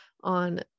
on